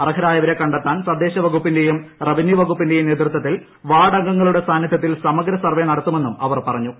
അർഹരായവരെ കടെ ത്താൻ തദ്ദേശ വകുപ്പിൻെറ യും റവന്യൂ വകുപ്പിന്റെയും നേതൃത്വത്തിൽ വാർഡ് അംഗങ്ങളുടെ സാന്നിധ്യത്തിൽ സമഗ്ര സർവ്വേ നടത്തുമെന്നും അവർ പറഞ്ഞു